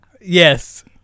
Yes